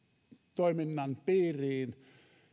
toiminnan piiriin